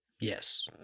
Yes